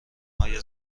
های